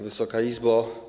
Wysoka Izbo!